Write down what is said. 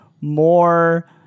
more